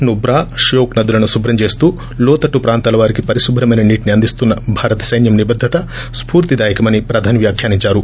నుబ్రా ష్యోక్ నదులను శుభ్రం చేస్తూ లోతట్లు ప్రాంతాల వారికి పరిశుభ్రమైన నీటిని అందిస్తున్న భారత సైన్యం నిబద్వత స్పూర్తిదాయకమని ప్రధాని వ్యాఖ్యానించారు